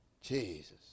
Jesus